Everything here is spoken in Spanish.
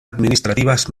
administrativas